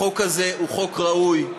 החוק הזה הוא חוק ראוי,